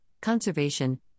conservation